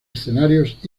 escenarios